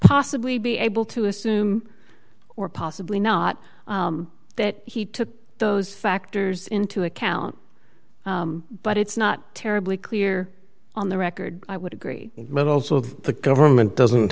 possibly be able to assume or possibly not that he took those factors into account but it's not terribly clear on the record i would agree but also the government doesn't